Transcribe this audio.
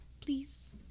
please